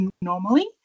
normally